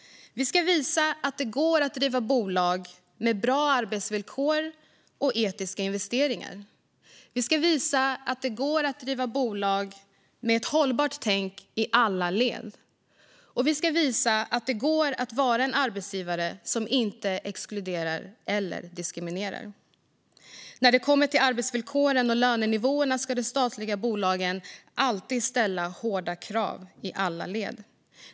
Vi ska visa att det går att driva bolag med bra arbetsvillkor, etiska investeringar och ett hållbart tänk i alla led och att det går att vara en arbetsgivare som inte exkluderar eller diskriminerar. När det kommer till arbetsvillkoren och lönenivåerna ska de statliga bolagen alltid ställa hårda krav i alla led.